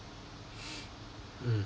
mm